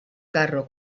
carro